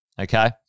okay